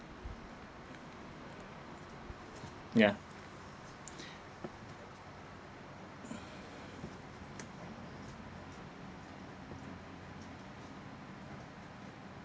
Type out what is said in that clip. yeah